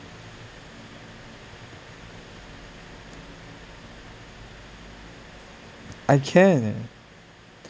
I can